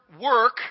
work